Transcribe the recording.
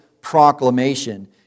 proclamation